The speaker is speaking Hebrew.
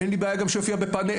אין לי בעיה גם שיופיע בפנל,